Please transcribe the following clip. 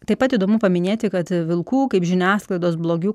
taip pat įdomu paminėti kad vilkų kaip žiniasklaidos blogiukų